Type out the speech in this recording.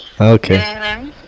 Okay